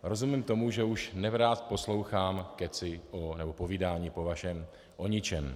Rozumím tomu, že už nerad poslouchám kecy, nebo povídání po vašem, o ničem.